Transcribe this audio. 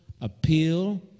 appeal